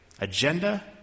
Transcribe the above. agenda